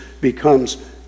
becomes